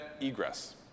egress